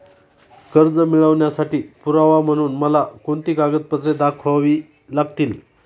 कर्ज मिळवण्यासाठी पुरावा म्हणून मला कोणती कागदपत्रे दाखवावी लागतील?